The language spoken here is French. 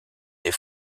des